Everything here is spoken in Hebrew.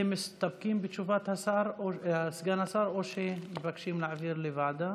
אתם מסתפקים בתשובת סגן השר או שמבקשים להעביר לוועדה?